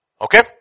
Okay